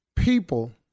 people